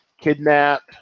Kidnap